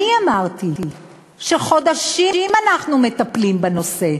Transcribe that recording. אמרתי שחודשים אנחנו מטפלים בנושא,